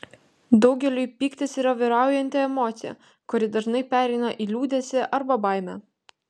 daugeliui pyktis yra vyraujanti emocija kuri dažnai pereina į liūdesį arba baimę